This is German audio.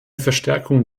verstärkung